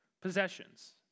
possessions